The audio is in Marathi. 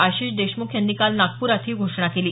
आशिष देशमुख यांनी काल नागप्रात ही घोषणा केली